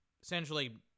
essentially